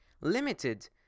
limited